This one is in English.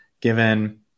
given